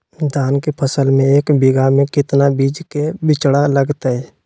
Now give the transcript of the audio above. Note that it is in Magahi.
धान के फसल में एक बीघा में कितना बीज के बिचड़ा लगतय?